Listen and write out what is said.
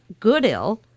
Goodill